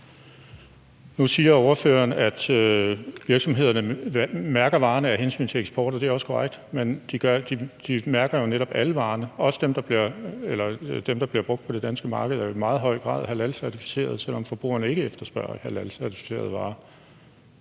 Nu siger ordføreren, at virksomhederne mærker varerne af hensyn til eksport, og det er også korrekt, men de mærker netop alle varerne, og dem, der bliver brugt på det danske marked, er jo i meget høj grad halalcertificeret, selv om forbrugerne ikke efterspørger halalcertificerede varer.